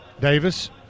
Davis